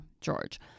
George